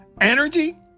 Energy